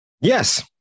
Yes